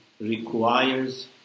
requires